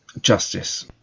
justice